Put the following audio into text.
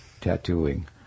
tattooing